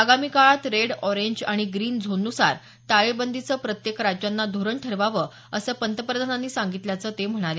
आगामी काळात red orange अणि ग्रीन झोननुसार टाळेबंदीचं प्रत्येक राज्यांना धोरण ठरवावं असं पंतप्रधानांनी सांगितल्याचं ते म्हणाले